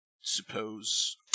suppose